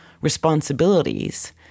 responsibilities